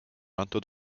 antud